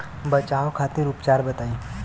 बचाव खातिर उपचार बताई?